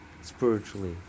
spiritually